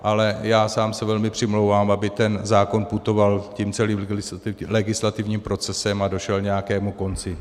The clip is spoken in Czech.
Ale já sám se velmi přimlouvám, aby ten zákon putoval tím celým legislativním procesem a došel nějakému konci.